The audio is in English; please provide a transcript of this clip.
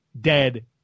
dead